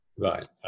Right